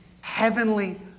heavenly